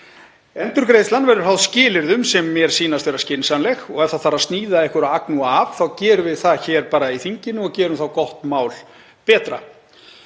Endurgreiðslan verður háð skilyrðum sem mér sýnast vera skynsamleg og ef það þarf að sníða einhverja agnúa af þá gerum við það hér í þinginu og gerum þá gott mál betra.